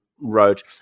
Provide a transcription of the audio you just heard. wrote